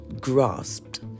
grasped